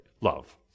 love